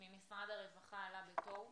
ממשרד הרווחה עלה בתוהו.